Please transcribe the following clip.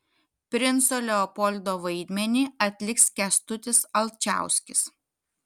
princo leopoldo vaidmenį atliks kęstutis alčauskis